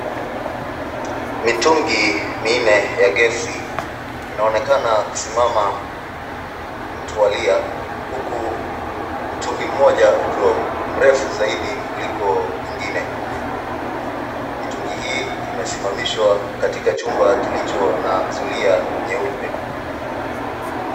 Mitungi minne ya gesi inaonekana kusimama mtawalia huku mtungi mmoja ukiwa mrefu zaidi kuliko ingine. Mitungi hii imesimamishwa katika chumba kilicho na zulia nyeupe.